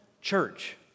church